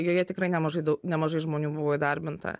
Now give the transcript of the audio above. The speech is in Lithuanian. joje tikrai nemažai daug nemažai žmonių buvo įdarbinta